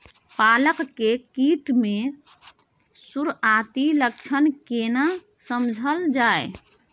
पालक में कीट के सुरआती लक्षण केना समझल जाय?